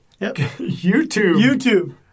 YouTube